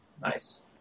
Nice